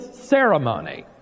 ceremony